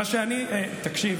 כמה היושב-ראש קיבל בפריימריז?